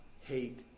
hate